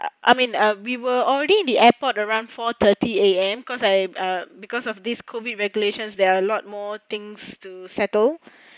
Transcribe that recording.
I mean uh we were already in the airport around four thirty A_M cause I uh because of this C O V I D regulations there are a lot more things to settle